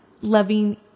loving